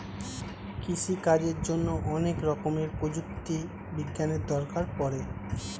কৃষিকাজের জন্যে অনেক রকমের প্রযুক্তি বিজ্ঞানের দরকার পড়ে